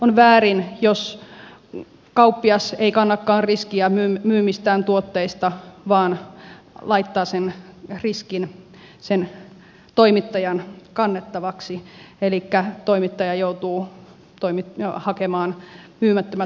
on väärin jos kauppias ei kannakaan riskiä myymistään tuotteista vaan laittaa sen riskin sen toimittajan kannettavaksi elikkä toimittaja joutuu hakemaan myymättömät tuotteet pois